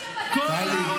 טלי.